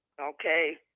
Okay